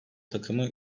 takımı